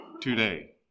today